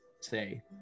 say